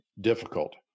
difficult